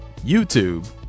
YouTube